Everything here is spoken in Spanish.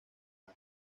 las